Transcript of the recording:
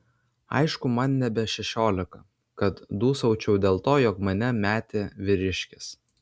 aišku man nebe šešiolika kad dūsaučiau dėl to jog mane metė vyriškis